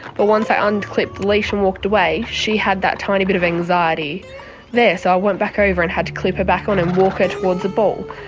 but once i unclipped the leash and walked away, she had that tiny bit of anxiety there so i went back over and had to clip her back on and walk her towards the ball.